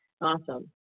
Awesome